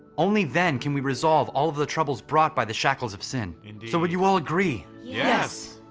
only then can we resolve all of the troubles brought by the shackles of sin. so would you all agree? yes!